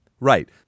Right